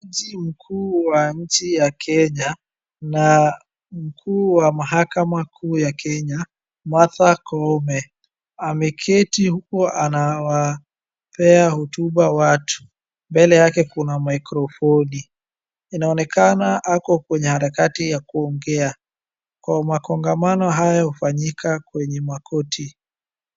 Jaji mkuu wa nchi ya Kenya na mkuu wa mahakama kuu ya Kenya, Martha Koome, ameketi huku anawapea hotuba watu, mbele yake kuna mikrofoni. Inaonekana ako kwenye harakati ya kuongea. Makongamano haya hufanyika kwenye makoti.